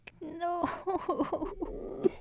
No